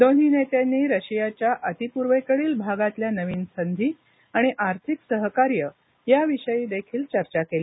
दोन्ही मंत्र्यांनी रशियाच्या अतीपूर्वेकडील भागातल्या नवीन संधी आणि आर्थिक सहकार्य याविषयीदेखील चर्चा केली